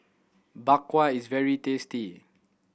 Bak Kwa is very tasty